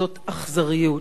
זאת אכזריות,